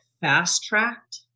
fast-tracked